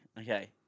Okay